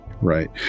Right